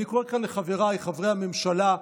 אני קורא מכאן לחבריי חברי הממשלה,